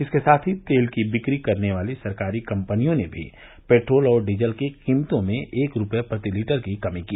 इसके साथ ही तेल की बिक्री करने वाली सरकारी कंपनियों ने भी पेट्रोल और डीजल की कीमतों में एक रूपये प्रति लीटर की कमी की